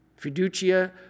Fiducia